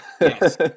Yes